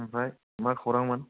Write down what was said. आमफ्राय मा खौरांमोन